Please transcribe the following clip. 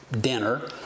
dinner